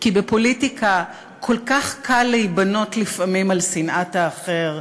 כי בפוליטיקה כל כך קל להיבנות לפעמים על שנאת האחר.